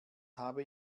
habe